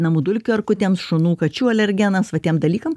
namų dulkių erkutėms šunų kačių alergenams va tiem dalykam